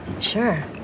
Sure